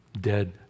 dead